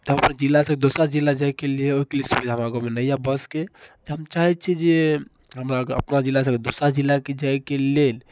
अपन जिलासँ दोसरा जिला जाइके लिए ओहिके लिए सुविधा हमरा गाँवमे नहि यऽ बसके हम चाहैत छी जे हमरा अपना जिला से दोसरा जिलाके जाइके लेल